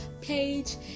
page